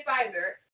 advisor